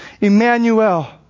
Emmanuel